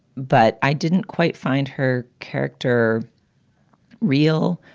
but i didn't quite find her character real.